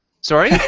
Sorry